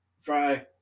Fry